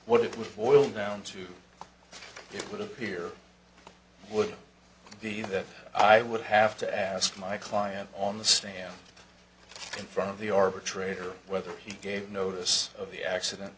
what it was boiled down to it would appear would be that i would have to ask my client on the stand in front of the orbit traitor whether he gave notice of the accident